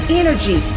energy